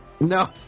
No